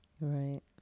Right